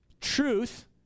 truth